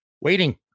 waiting